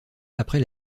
après